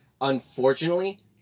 unfortunately